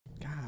God